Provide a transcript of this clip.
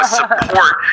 support